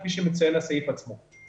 כפי שמציין הסעיף עצמו.